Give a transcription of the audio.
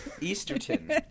easterton